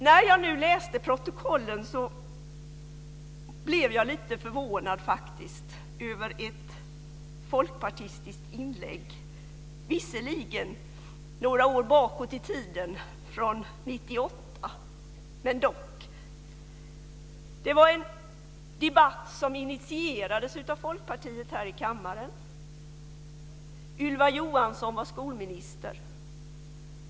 När jag nu läste protokollen blev jag lite förvånad över ett folkpartistiskt inlägg - visserligen några år gammalt, från 1998, men ändå. Det var en debatt som initierades av Folkpartiet här i kammaren. Ylva Johansson var skolminister.